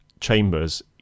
chambers